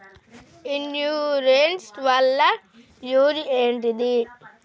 Insurance వాళ్ల use ఏంటిది?